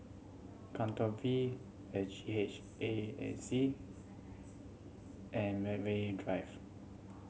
Katong V S G H A and E and Medway Drive